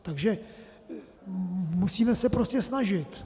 Takže se musíme prostě snažit.